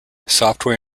software